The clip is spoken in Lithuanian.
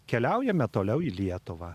keliaujame toliau į lietuvą